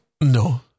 no